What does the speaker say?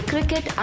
Cricket